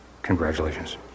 Congratulations